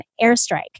airstrike